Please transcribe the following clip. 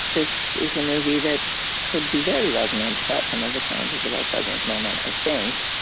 this is the movie that could be very resonant about some of the challenges of our present moment, i think.